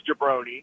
jabroni